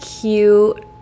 cute